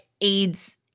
aids